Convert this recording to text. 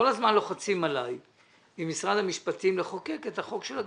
כל הזמן לוחצים עליי ממשרד המשפטים לחוקק את החוק של הגמ"חים.